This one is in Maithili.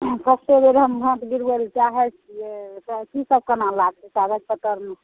कतेक बेर हम वोट गिरबै ले चाहै छिए किसब कोना लागतै कागज पत्तरमे